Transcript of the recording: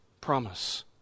promise